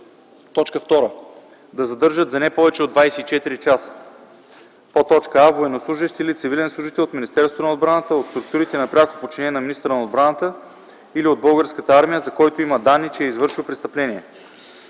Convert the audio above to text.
2. да задържат за не повече от 24 часа: а) военнослужещ или цивилен служител от Министерството на отбраната, от структурите на пряко подчинение на министъра на отбраната или от Българската армия, за който има данни, че е извършил престъпление;